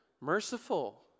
merciful